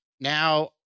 now